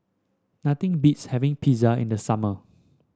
nothing beats having Pizza in the summer